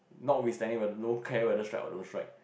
not withstanding one don't care whether strike or don't strike